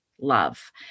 love